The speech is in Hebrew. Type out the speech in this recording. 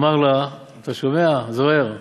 אמר לה, אתה שומע, זוהיר?